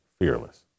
fearless